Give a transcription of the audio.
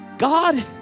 God